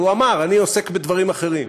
והוא אמר: אני עוסק בדברים אחרים,